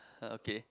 uh okay